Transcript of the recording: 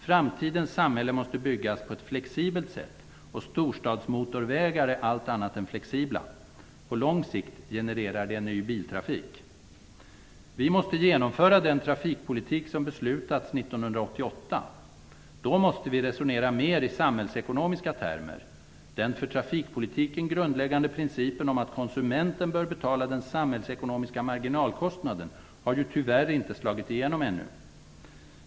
Framtidens samhälle måste byggas på ett flexibelt sätt, och storstadsmotorvägar är allt annat än flexibla. På lång sikt genererar de ny biltrafik. Vi måste genomföra den trafikpolitik som beslutades 1988. Vi måste resonera mer i samhällsekonomiska termer. Den för trafikpolitiken grundläggande principen om att konsumenten bör betala den samhällsekonomiska marginalkostnaden har ju tyvärr inte slagit igenom ännu.